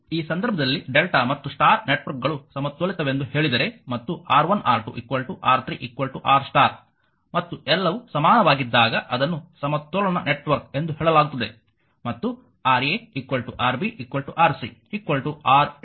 ಈ ಸಂದರ್ಭದಲ್ಲಿ Δ ಮತ್ತು ಸ್ಟಾರ್ ನೆಟ್ವರ್ಕ್ಗಳು ಸಮತೋಲಿತವೆಂದು ಹೇಳಿದರೆ ಮತ್ತು R1R2 R3 R ಸ್ಟಾರ್ ಮತ್ತು ಎಲ್ಲವೂ ಸಮಾನವಾಗಿದ್ದಾಗ ಅದನ್ನು ಸಮತೋಲನ ನೆಟ್ವರ್ಕ್ ಎಂದು ಹೇಳಲಾಗುತ್ತದೆ ಮತ್ತು RaRbRc R lrmΔ